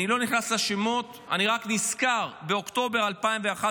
אני לא נכנס לשמות, אני רק נזכר באוקטובר 2011,